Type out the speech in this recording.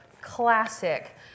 classic